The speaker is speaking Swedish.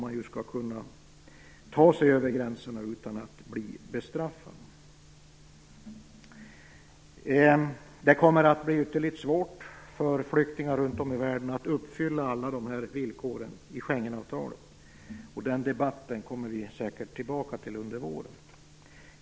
Man skall kunna ta sig över gränserna utan att bli bestraffad. Det kommer att bli ytterligt svårt för flyktingar runt om i världen att uppfylla alla villkor i Schengenavtalet, och den debatten kommer vi säkert tillbaka till under våren.